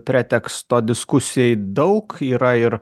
preteksto diskusijai daug yra ir